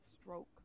stroke